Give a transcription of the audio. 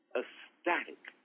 ecstatic